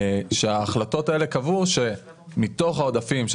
וההחלטות האלה קבעו שמתוך העודפים של